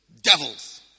devils